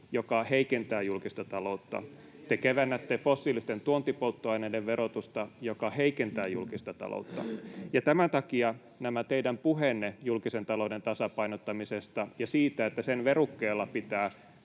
joka heikentää julkista taloutta. Te kevennätte fossiilisten tuontipolttoaineiden verotusta, joka heikentää julkista taloutta. Tämän takia nämä teidän puheenne julkisen talouden tasapainottamisesta ja siitä, että sen verukkeella pitää